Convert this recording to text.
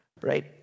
right